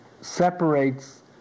separates